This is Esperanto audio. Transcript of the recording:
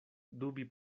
dubi